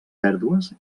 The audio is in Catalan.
pèrdues